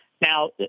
Now